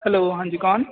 hello ਹਾਂਜੀ ਕੌਣ